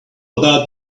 about